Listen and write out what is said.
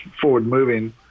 forward-moving